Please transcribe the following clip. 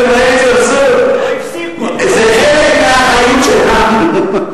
חבר הכנסת אברהים צרצור, זה חלק מהחיים שלנו.